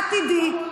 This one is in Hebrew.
עתידי.